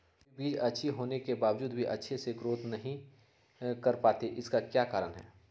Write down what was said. कभी बीज अच्छी होने के बावजूद भी अच्छे से नहीं ग्रोथ कर पाती इसका क्या कारण है?